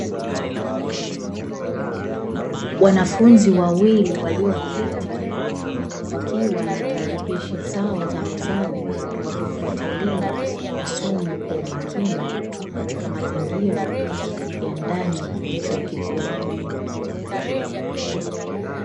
Wanafunzi wawili walioketi wakiwa na tarakishi zao za mezani wakifatilia masomo kwa umakini, katika mazingira ya ndani ya chuo kikuu.